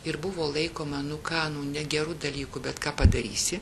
ir buvo laikoma nu ką nu negeru dalyku bet ką padarysi